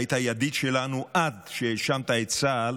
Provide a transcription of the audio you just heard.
היית ידיד שלנו עד שהאשמת את צה"ל